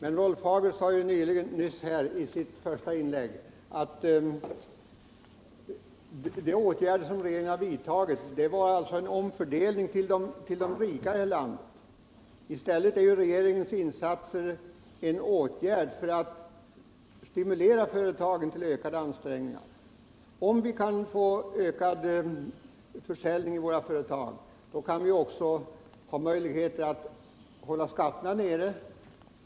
I sitt första inlägg sade Rolf Hagel att de åtgärder som regeringen har vidtagit bestod av en omfördelning till de rikare i landet. I stället består ju regeringens insatser av åtgärder för att stimulera företagen till ökade ansträngningar. Om företagen kan öka sin försäljning, ger det oss möjligheter att hålla skatterna nere.